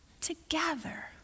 together